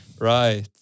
Right